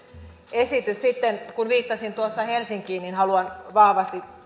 esitys sitten kun viittasin tuossa helsinkiin niin haluan vahvasti